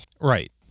Right